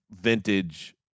vintage